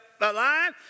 alive